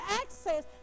access